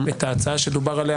את ההצעה שדובר עליה,